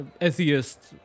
atheist